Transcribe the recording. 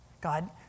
god